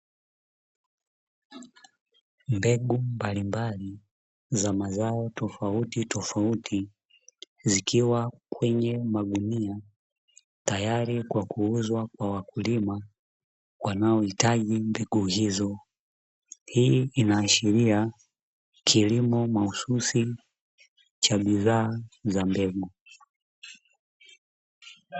Mbegu mbalimbali za mazao tofautitofauti zikiwa kwenye magunia tayari kwa kuuzwa kwa wakulima wanaohitaji mbegu hizo. Hii inaashiria kilimo mahususi cha bidhaa za mbegu.